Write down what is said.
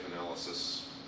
analysis